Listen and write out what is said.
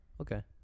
okay